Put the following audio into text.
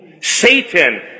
Satan